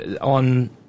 on